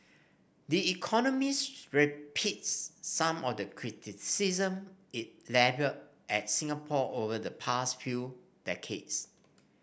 the Economist repeats some of the criticism it levelled at Singapore over the past few decades